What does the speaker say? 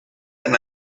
han